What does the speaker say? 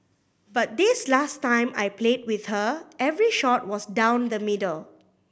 but this last time I played with her every shot was down the middle